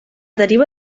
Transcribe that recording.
deriva